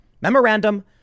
memorandum